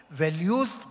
values